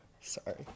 sorry